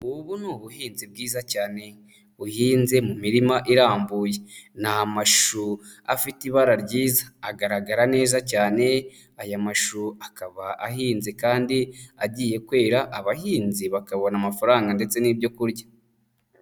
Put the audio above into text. Ubu ni ubuhinzi bwiza cyane buhinze mu mirima irambuye, ni mashu afite ibara ryiza agaragara neza cyane, aya mashu akaba ahinze kandi agiye kwera abahinzi bakabona amafaranga ndetse n'ibyo kurya.